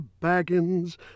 baggins